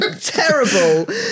terrible